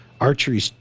archery